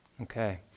okay